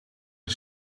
een